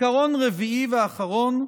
עיקרון רביעי ואחרון,